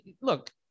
look